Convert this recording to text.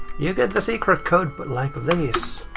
you get the secret code but like this!